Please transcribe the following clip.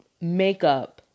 makeup